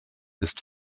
ist